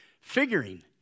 figuring